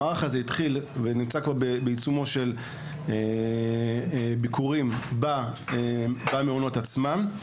המערך הזה התחיל ונמצא בעיצומו של ביקורים במעונות עצמם.